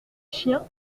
chiens